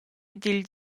dil